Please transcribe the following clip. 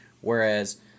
Whereas